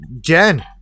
Jen